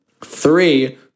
Three